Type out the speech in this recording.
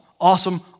awesome